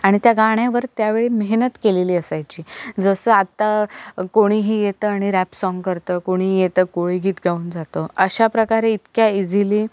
आणि त्या गाण्यावर त्यावेळी मेहनत केलेली असायची जसं आता कोणीही येतं आणि रॅप सॉंग करतं कोणीही येतं कोळीगीत गाऊन जातं अशा प्रकारे इतक्या इझिली